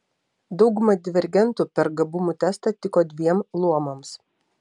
dauguma divergentų per gabumų testą tiko dviem luomams